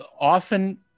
often